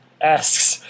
asks